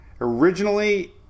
originally